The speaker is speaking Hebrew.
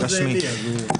לא.